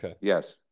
Yes